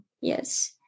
Yes